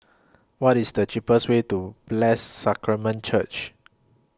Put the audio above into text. What IS The cheapest Way to Blessed Sacrament Church